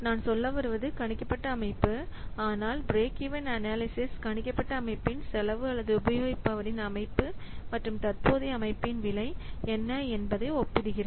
நான் சொல்ல வருவது கணிக்கப்பட்ட அமைப்பு ஆனால் பிரேக் ஈவன் அனாலிசிஸ் கணிக்கப்பட்ட அமைப்பின் செலவு அல்லது உபயோகிப்பவர்இன் அமைப்பு மற்றும் தற்போதைய அமைப்பின் விலை என்ன என்பதை ஒப்பிடுகிறது